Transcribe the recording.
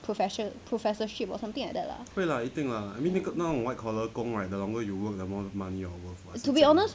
professor professorship or something like that lah to be honest